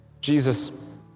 Jesus